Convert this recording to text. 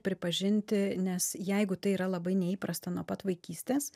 pripažinti nes jeigu tai yra labai neįprasta nuo pat vaikystės